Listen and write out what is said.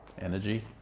energy